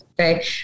Okay